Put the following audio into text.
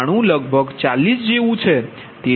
92 લગભગ 40 છે